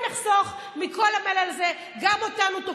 והינה אני אומרת לך, גם עמר בר לב, גם אילת שקד,